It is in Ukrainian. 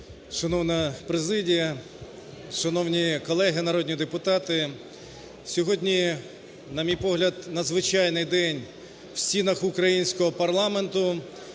Шановна президія, шановні колеги народні депутати! Сьогодні, на мій погляд, надзвичайний день в стінах українського парламенту,